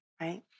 right